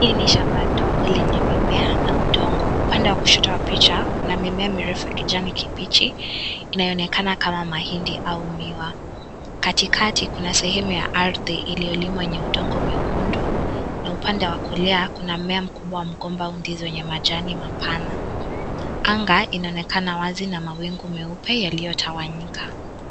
Hii ni shamba dogo lenye mimea na udongo. Upande wa kushoto wa picha kuna mimea mirefu ya kijani kibichi inayoonekana kama mahindi au miwa. Kati kati kuna sehemu ya ardhi iliyolimwa yenye udongo mekundu na upande wa kulia kuna mmea mkubwa wa mgomba au ndizi zenye majani mapana. Anga inaonekana wazi na mawingu meupe yaliyotawanyika.